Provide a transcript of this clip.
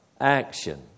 action